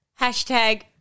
Hashtag